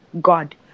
God